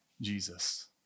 Jesus